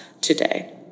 today